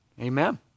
Amen